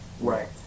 Right